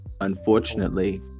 unfortunately